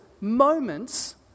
moments